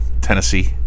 Tennessee